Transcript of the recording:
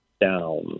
down